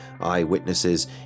eyewitnesses